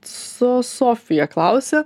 su sofija klausia